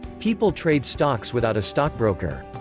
people trade stocks without a stockbroker.